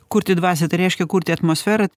kurti dvasią tai reiškia kurti atmosferą